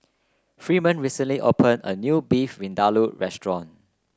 Freeman recently opened a new Beef Vindaloo restaurant